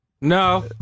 No